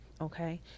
okay